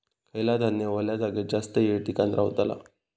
खयला धान्य वल्या जागेत जास्त येळ टिकान रवतला?